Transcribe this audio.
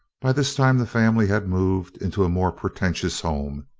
by this time the family had moved into a more pretentious home,